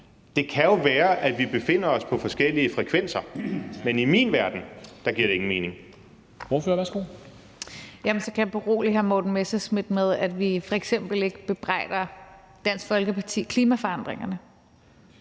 Det kan jo være, at vi befinder os på forskellige frekvenser, men i min verden giver det ingen mening.